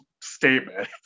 statement